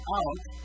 out